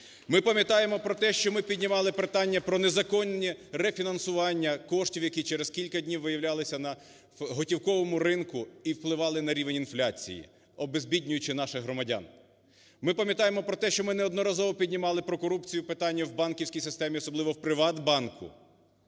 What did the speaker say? Ми пам'ятаємо про те, що ми піднімати питання про незаконні рефінансування коштів, які через кілька днів виявлялися на готівковому ринку і впливали на рівень інфляції, обезбіднюючи наших громадян. Ми пам'ятаємо про те, що ми неодноразово піднімали про корупцію питання в банківській системі, особливо в "ПриватБанку".